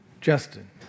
Justin